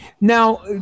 Now